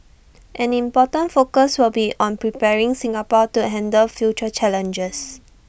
an important focus will be on preparing Singapore to handle future challenges